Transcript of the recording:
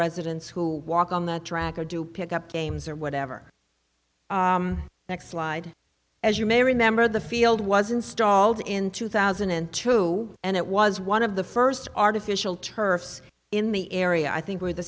residents who walk on the track or do pick up games or whatever that slide as you may remember the field was installed in two thousand and two and it was one of the first artificial turf in the area i think where the